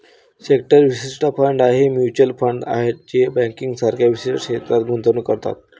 sector विशिष्ट fund हे mutual fund आहेत जे बँकिंग सारख्या विशिष्ट क्षेत्रात गुंतवणूक करतात